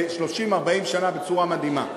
40 שנה בצורה מדהימה.